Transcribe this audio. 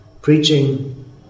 preaching